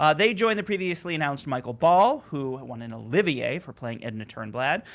ah they joined the previously announced micheal ball, who won an olivier for playing edna turnblad,